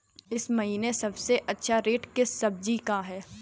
इस महीने सबसे अच्छा रेट किस सब्जी का है?